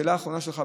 השאלה האחרונה שלך,